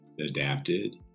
adapted